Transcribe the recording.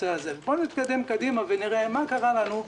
נתקדם קדימה ונראה מה קרה לנו.